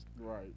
right